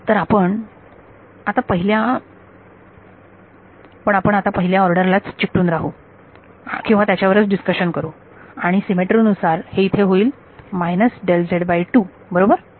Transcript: तर आपण पण आता पहिल्या ऑर्डर ला च चिकटून राहू किंवा त्याच्यावरच डिस्कशन करू आणि सिमेट्री नुसार हे इथे होईल बरोबर